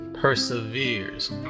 perseveres